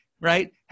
right